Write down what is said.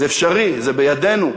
זה אפשרי, זה בידינו,